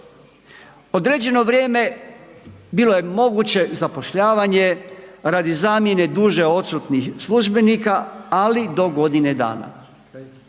Određeno vrijeme bilo je moguće zapošljavanje radi zamjene duže odsutnih službenika, ali do godine dana.